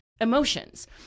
emotions